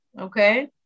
okay